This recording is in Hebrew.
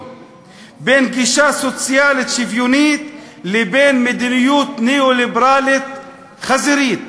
בין גישה סוציאלית שוויונית לבין מדיניות ניאו-ליברלית חזירית.